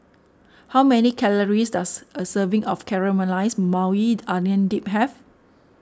how many calories does a serving of Caramelized Maui Onion Dip have